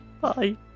bye